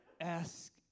Ask